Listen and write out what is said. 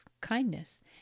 kindness